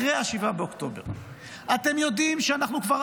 אבל אחרי 7 באוקטובר אתם יודעים שאנחנו כבר